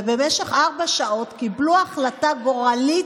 ובמשך ארבע שעות קיבלו החלטה גורלית,